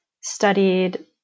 studied